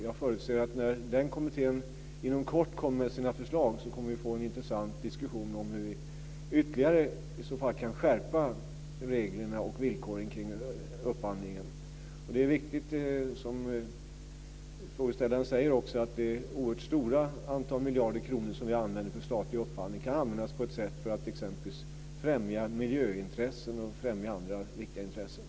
Jag förutser att när den kommittén inom kort kommer med sina förslag kommer vi att få en intressant diskussion om hur vi ytterligare kan skärpa reglerna och villkoren kring upphandlingen. Det är också riktigt, som frågeställaren säger, att det oerhört stora antal miljarder kronor som vi använder för statlig upphandling kan användas på ett sätt som t.ex. främjar miljöintressen och andra viktiga intressen.